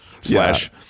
slash